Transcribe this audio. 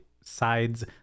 sides